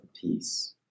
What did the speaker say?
Peace